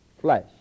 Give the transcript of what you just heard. flesh